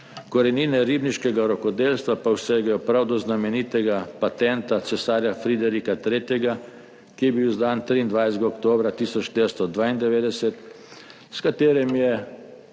korenine ribniškega rokodelstva pa segajo prav do znamenitega patenta cesarja Friderika III., ki je bil izdan 23. oktobra 1492, s katerim je